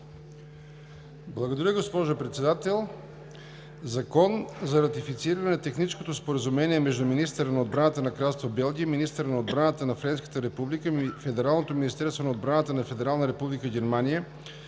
Благодаря, госпожо Председател. „ЗАКОН за ратифициране на Техническо споразумение между министъра на отбраната на Кралство Белгия, министъра на отбраната на Френската република, Федералното министерство на отбраната на Федерална република Германия,